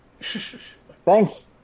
Thanks